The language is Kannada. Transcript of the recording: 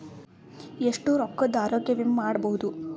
ಎಷ್ಟ ರೊಕ್ಕದ ಆರೋಗ್ಯ ವಿಮಾ ಮಾಡಬಹುದು?